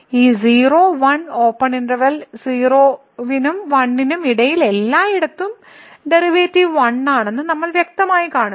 ഈ 0 1 open interval 0 നും 1 നും ഇടയിൽ എല്ലായിടത്തും ഡെറിവേറ്റീവ് 1 ആണെന്ന് നമ്മൾ വ്യക്തമായി കാണുന്നു